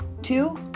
Two